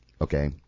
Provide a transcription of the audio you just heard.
Okay